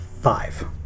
five